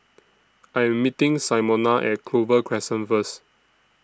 I Am meeting Simona At Clover Crescent First